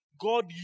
God